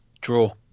Draw